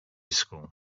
school